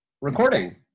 recording